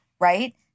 right